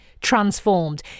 transformed